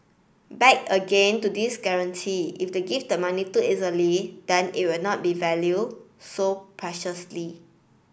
back again to this guarantee if they give the money too easily then it will not be valued so preciously